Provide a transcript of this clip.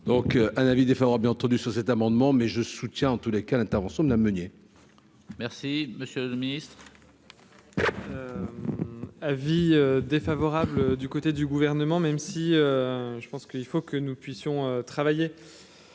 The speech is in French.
Donc un avis défavorable, entendu sur cet amendement, mais je soutiens en tous les cas, l'intervention de la Meunier. Merci, monsieur le Ministre. Avis défavorable du côté du gouvernement, même si je pense qu'il faut que nous puissions travailler